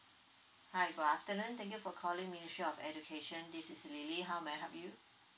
hi good afternoon thank you for calling ministry of education this is lily how may I help you